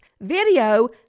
video